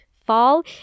Fall